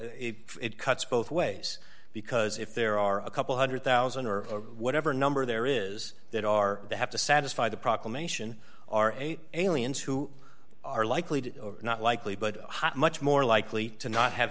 if it cuts both ways because if there are a couple one hundred thousand or whatever number there is that are they have to satisfy the proclamation are eight aliens who are likely to or not likely but hot much more likely to not have